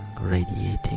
radiating